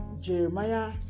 Jeremiah